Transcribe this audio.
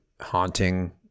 haunting